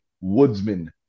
woodsman